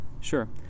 sure